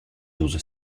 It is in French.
douze